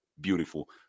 beautiful